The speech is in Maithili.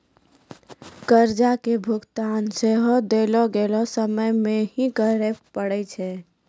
कर्जा के भुगतान सेहो देलो गेलो समय मे ही करे पड़ै छै